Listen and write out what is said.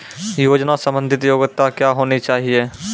योजना संबंधित योग्यता क्या होनी चाहिए?